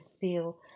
feel